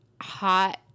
hot